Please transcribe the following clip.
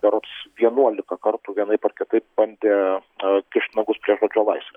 berods vienuolika kartų vienaip ar kitaip bandė kišt nagus prie žodžio laisvės